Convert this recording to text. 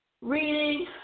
reading